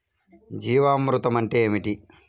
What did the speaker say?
జీవామృతం అంటే ఏమిటి?